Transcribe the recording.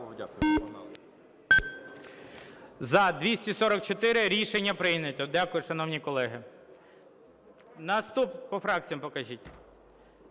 За-244 Рішення прийнято. Дякую, шановні колеги. По фракціях покажіть.